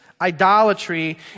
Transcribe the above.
idolatry